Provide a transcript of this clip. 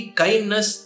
kindness